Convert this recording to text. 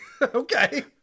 Okay